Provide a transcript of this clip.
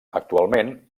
actualment